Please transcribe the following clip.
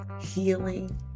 healing